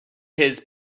his